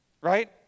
right